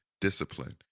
discipline